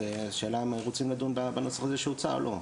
השאלה היא אם רוצים לדון בנוסח הזה שהוצע או לא.